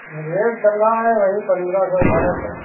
rate चल रहा है वही पन्द्रह सौ अठारह सौ